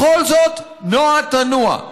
בכל זאת, נוע תנוע.